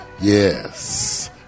Yes